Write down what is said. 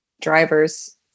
drivers